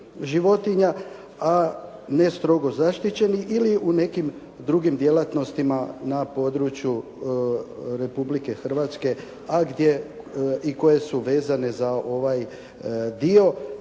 životinja, a ne strogo zaštićenih ili u nekim drugim djelatnostima na području Republike Hrvatske, a gdje i koje su vezane za ovaj dio